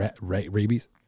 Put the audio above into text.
rabies